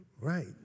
right